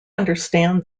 understand